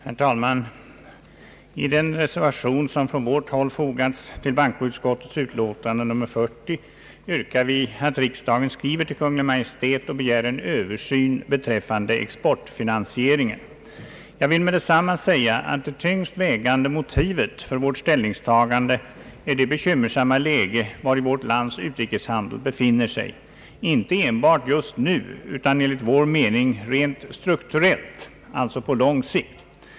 Herr talman! I den reservation som från vårt håll fogats till bankoutskottets utlåtande nr 40 yrkar vi att riksdagen skriver till Kungl. Maj:t och begär en översyn beträffande exportfinansieringen. Jag vill genast säga att det tyngst vägande motivet för vårt ställningstagande är det bekymmersamma läge vari vårt lands utrikeshandel befinner sig, inte enbart just nu utan enligt vår mening rent strukturellt, alltså på lång sikt.